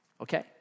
Okay